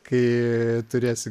kai turėsi